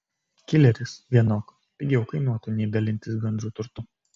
kileris vienok pigiau kainuotų nei dalintis bendru turtu